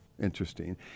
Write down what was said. interesting